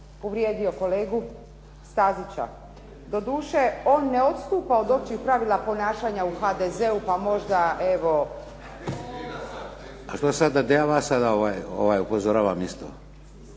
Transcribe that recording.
uvrijedio kolegu Stazića. Doduše, on ne odstupa od općih pravila ponašanja u HDZ-u, pa možda evo … **Šeks, Vladimir